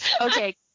Okay